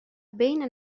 بین